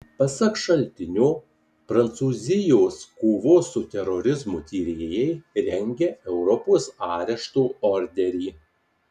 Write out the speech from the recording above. pasak šaltinio prancūzijos kovos su terorizmu tyrėjai rengia europos arešto orderį